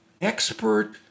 expert